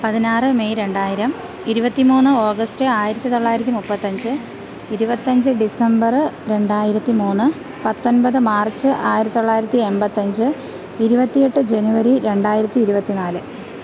പതിനാറ് മെയ് രണ്ടായിരം ഇരുപത്തി മൂന്ന് ഓഗസ്റ്റ് ആയിരത്തി തൊള്ളായിരത്തി മുപ്പത്തഞ്ച് ഇരുപത്തഞ്ച് ഡിസംബർ രണ്ടായിരത്തി മൂന്ന് പത്തൊൻപത് മാർച്ച് ആയിരത്തി തൊള്ളായിരത്തി എൺപത്തഞ്ച് ഇരുപത്തിയെട്ട് ജനുവരി രണ്ടായിരത്തി ഇരുപത്തി നാല്